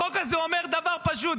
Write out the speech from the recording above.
החוק הזה אומר דבר פשוט,